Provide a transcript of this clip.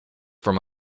from